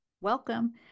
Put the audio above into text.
welcome